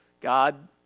God